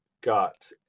got